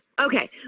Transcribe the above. Okay